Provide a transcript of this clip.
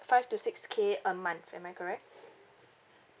five to six K a month am I correct